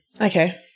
Okay